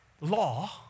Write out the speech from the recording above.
law